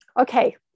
okay